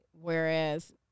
whereas